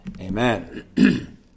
Amen